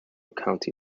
county